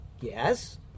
Yes